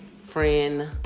friend